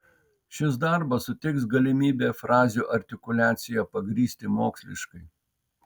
šis darbas suteiks galimybę frazių artikuliaciją pagrįsti moksliškai